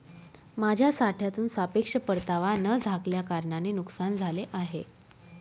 माझ्या साठ्यातून सापेक्ष परतावा न झाल्याकारणाने नुकसान झाले आहे